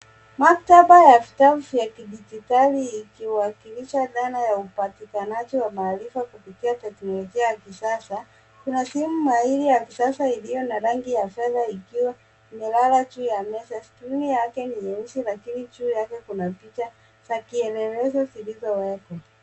Maktaba ya vitabu vya kidijitali likiwakilisha dhana ya upatikanaji wa maarifa kupitia kiteknolojia ya kisasa. Inaziri maalimu ya kisasa ilio na rangi ya fedha ikiwa imelala juu ya meza, chini yake ni nyeusi lakini juu yake kuna picha za kielelezo zilizo wekwa.